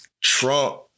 Trump